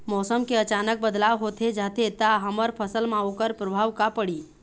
मौसम के अचानक बदलाव होथे जाथे ता हमर फसल मा ओकर परभाव का पढ़ी?